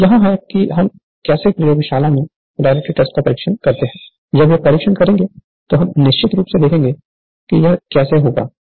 यहाँ है कि हम कैसे प्रयोगशाला में पोलैरिटी का परीक्षण करते हैं जब यह परीक्षण करेंगे तब हम निश्चित रूप से देखेंगे कि यह कैसे होता है